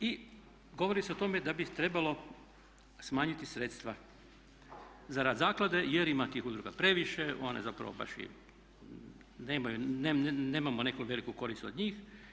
I govori se o tome da bi trebalo smanjiti sredstva za rad zaklade jer ima tih udruga previše, one zapravo baš i nemaju, nemamo neku veliku korist od njih.